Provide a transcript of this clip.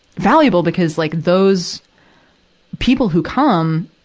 valuable because, like, those people who come,